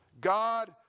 God